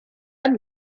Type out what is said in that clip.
and